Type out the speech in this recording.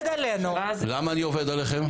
למה אני עובד עליכם?